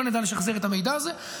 לא נדע לשחזר את המידע הזה.